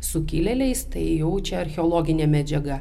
sukilėliais tai jaučia archeologinė medžiaga